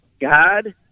God